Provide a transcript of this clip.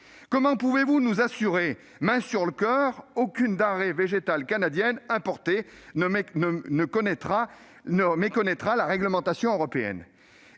Comment pouvez-vous nous assurer, la main sur le coeur, qu'aucune denrée végétale canadienne importée ne méconnaîtra la réglementation européenne,